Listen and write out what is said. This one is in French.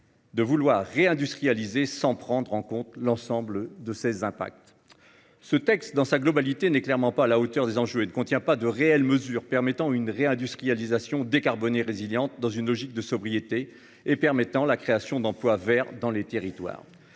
de vouloir réindustrialiser sans prendre en compte l'ensemble de ces impacts. Ce texte, dans son ensemble, n'est clairement pas à la hauteur des enjeux. Il ne contient pas de réelles mesures permettant de parvenir à une réindustrialisation décarbonée et résiliente, qui s'inscrirait dans une logique de sobriété et qui occasionnerait la création d'emplois verts dans les territoires.